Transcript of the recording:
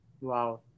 Wow